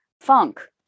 funk